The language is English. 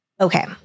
Okay